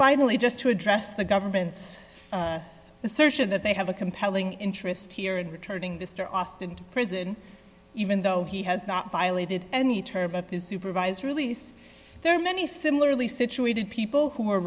finally just to address the government's assertion that they have a compelling interest here and returning the star austin to prison even though he has not violated any term supervised release there are many similarly situated people who